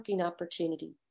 opportunity